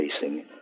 facing